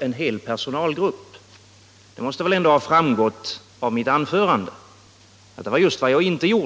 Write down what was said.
en hel personalgrupp. Det måste väl ändå ha framgått av mitt anförande att det var just vad jag inte var.